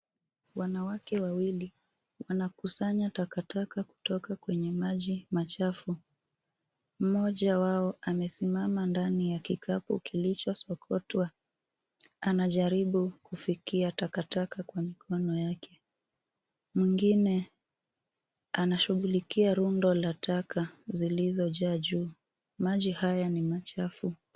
Wanawake wawili wanakusanya takataka kutoka kwenye maji machafu. Mmoja wao amesimama ndani ya kikapu kilichosokotwa. Anajaribu kufikia takataka kwa mikono yake. Mwingine anashugulikia rundo la taka zilizojaa juu. Maji haya ni machafu.